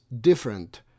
different